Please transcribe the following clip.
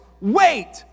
Wait